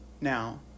now